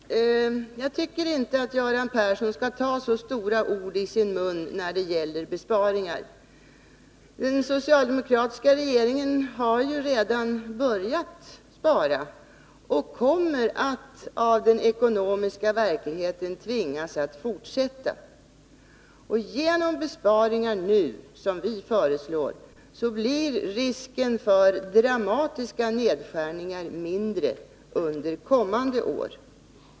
Herr talman! Jag tycker inte att Göran Persson skall ta så stora ord i sin mun när det gäller besparingar. Den socialdemokratiska regeringen har redan börjat spara och kommer av den ekonomiska verkligheten att tvingas att fortsätta. Genom besparingar nu, som vi föreslår, blir risken för dramatiska nedskärningar mindre under kommande år.